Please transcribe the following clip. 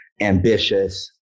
ambitious